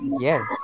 yes